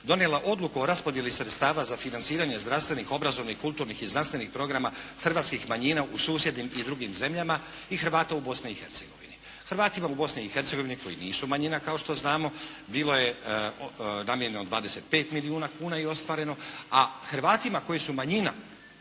donijela je Odluku o raspodjeli sredstava za financiranje zdravstvenih, obrazovanih, kulturnih i znanstvenih programa hrvatskih manjina u susjednim i drugim zemljama i Hrvata u Bosni i Hercegovini. Hrvatima u Bosni i Hercegovini koji nisu manjina kao što znamo bilo je …/Govornik se ne razumije./… 25 milijuna kuna je ostvareno. A Hrvatima koji su manjina